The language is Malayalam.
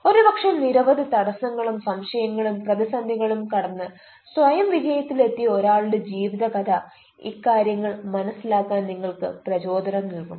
ഒരു പക്ഷെ നിരവധി തടസങ്ങളും സംശയങ്ങളും പ്രതിസന്ധികളും കടന്ന് സ്വയം വിജയത്തിൽ എത്തിയ ഒരാളുടെ ജീവിത കഥ ഇക്കാര്യങ്ങൾ മനസിലാക്കാൻ നിങ്ങൾക്ക് പ്രചോദനം നൽകും